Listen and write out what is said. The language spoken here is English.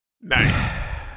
Nice